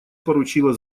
поручило